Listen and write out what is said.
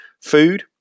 food